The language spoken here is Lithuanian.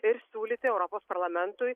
ir siūlyti europos parlamentui